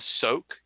soak